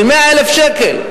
של 100,000 שקל,